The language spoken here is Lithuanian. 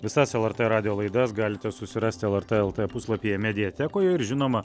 visas lrt radijo laidas galite susirasti lrt lt puslapyje mediatekoje ir žinoma